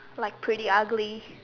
like pretty ugly